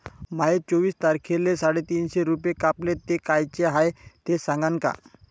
माये चोवीस तारखेले साडेतीनशे रूपे कापले, ते कायचे हाय ते सांगान का?